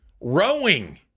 rowing